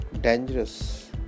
dangerous